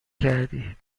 کردی